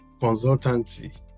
Consultancy